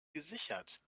gesichert